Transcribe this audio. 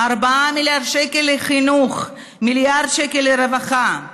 4 מיליארד לחינוך, 1 מיליארד שקל לרווחה.